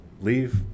leave